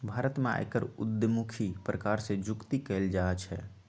भारत में आयकर उद्धमुखी प्रकार से जुकती कयल जाइ छइ